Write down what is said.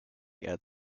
yet